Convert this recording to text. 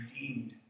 redeemed